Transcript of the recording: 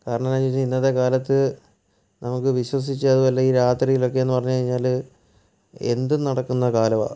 കാരണം എന്തെന്ന് വെച്ചുകഴിഞ്ഞാൽ ഇന്നത്തെ കാലത്തു നമുക്ക് വിശ്വസിച്ചു അതും അല്ല ഈ രാത്രീലൊക്കെയെന്ന് പറഞ്ഞുകഴിഞ്ഞാൽ എന്തും നടക്കുന്ന കാലമാണ്